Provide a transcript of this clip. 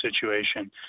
situation